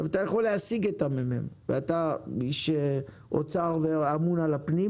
אתה יכול להשיג את הממ"מ אתה איש אוצר ואמון על הפנים